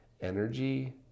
energy